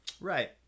Right